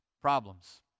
problems